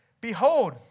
Behold